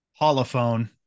holophone